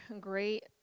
great